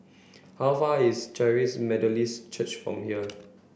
how far is Charis Methodist Church from here